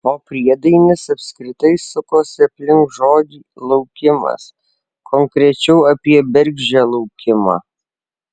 o priedainis apskritai sukosi aplink žodį laukimas konkrečiau apie bergždžią laukimą